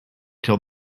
till